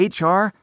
HR